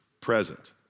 present